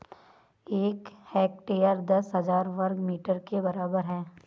एक हेक्टेयर दस हजार वर्ग मीटर के बराबर है